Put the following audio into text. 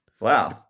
wow